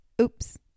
Oops